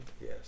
Yes